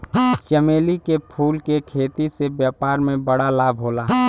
चमेली के फूल के खेती से व्यापार में बड़ा लाभ होला